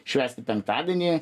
švęsti penktadienį